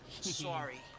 Sorry